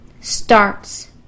starts